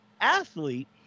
athlete